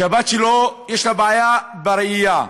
לבת שלו יש בעיה בראייה,